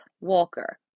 walker